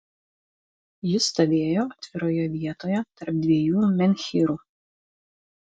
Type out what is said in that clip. ji stovėjo atviroje vietoje tarp dviejų menhyrų